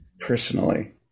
personally